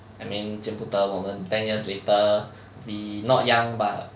I mean 就不得我们 ten years later we not young but